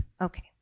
okay